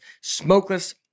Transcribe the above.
smokeless